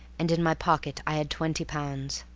and in my pocket i had twenty pounds.